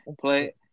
Play